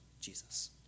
Jesus